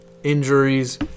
Injuries